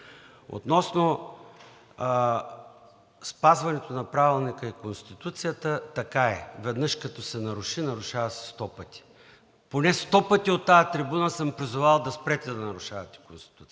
Относно спазването на Правилника и Конституцията, така е – веднъж като се наруши, нарушава се сто пъти. Поне сто пъти от тази трибуна съм призовавал да спрете да нарушавате Конституцията